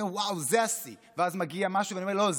ואז מגיע משהו ואז אני אומר: לא,